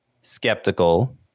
skeptical